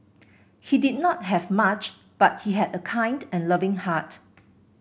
he did not have much but he had a kind and loving heart